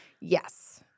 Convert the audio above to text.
Yes